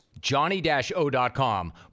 Johnny-O.com